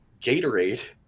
Gatorade